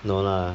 no lah